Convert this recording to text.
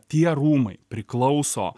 tie rūmai priklauso